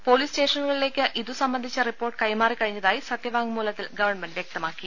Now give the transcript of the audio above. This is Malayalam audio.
പൊലീസ് സ്റ്റേഷനുകളിലേക്ക് ഇതു സംബന്ധിച്ച റിപ്പോർട്ട് കൈമാറിക്കഴിഞ്ഞതായി സത്യവാങ്മൂല ത്തിൽ ഗവൺമെന്റ് വ്യക്തമാക്കി